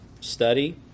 study